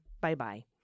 Bye-bye